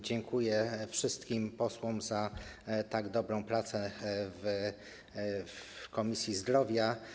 Dziękuję wszystkim posłom za tak dobrą pracę w Komisji Zdrowia.